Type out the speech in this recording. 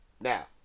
Now